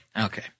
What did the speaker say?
Okay